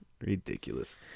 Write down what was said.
Ridiculous